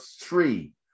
three